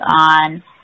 on